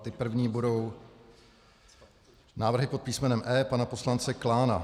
Ty první budou návrhy pod písmenem E pana poslance Klána.